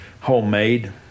homemade